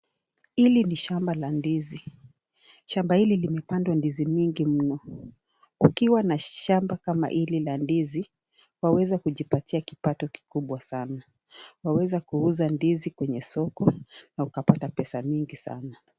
Hili ni shamba la ndizi. Shamba hili limepandwa ndizi mingi mno. Tukiwa na shamba kama hili la ndizi waweza kujipatia kipato kikubwa sana. Waweza kuuza ndizi kwenye soko na ukapata pesa mingi sana.